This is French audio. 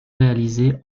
réalisé